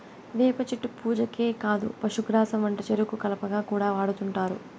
వేప చెట్టు పూజకే కాదు పశుగ్రాసం వంటచెరుకు కలపగా కూడా వాడుతుంటారు